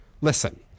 Listen